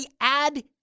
add